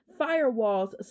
firewalls